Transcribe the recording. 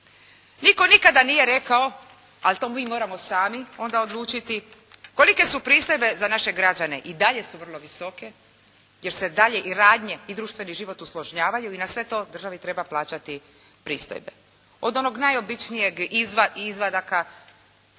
Nitko nikada nije rekao ali to mi moramo sami onda odlučiti kolike su pristojbe za naše građane. I dalje su vrlo visoke jer se i dalje i radnje i društveni život usložnjavaju i na sve to državi treba plaćati pristojbe, od onog najobičnijeg izvatka